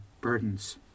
burdens